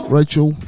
Rachel